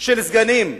של סגנים.